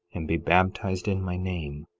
and be baptized in my name,